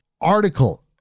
Article